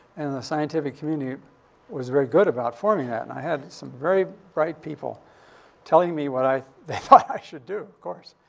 and the scientific community was very good about forming that. and i had some very bright people telling me what i they thought i should do, of course.